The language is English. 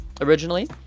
originally